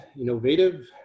innovative